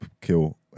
kill